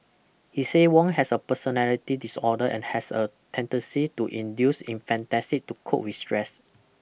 he say Wong has a personality disorder and has a tendency to induce in fantasy to cope with stress